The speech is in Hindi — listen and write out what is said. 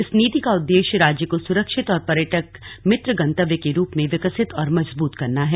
इस नीति का उद्देश्य राज्य को सुरक्षित और पर्यटक मित्र गंतव्य के रूप में विकसित और मजबूत करना है